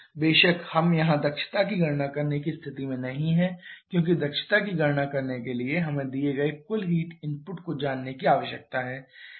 बेशक हम यहां दक्षता की गणना करने की स्थिति में नहीं हैं क्योंकि दक्षता की गणना के लिए हमें दिए गए कुल हीट इनपुट को जानने की आवश्यकता है